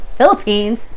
Philippines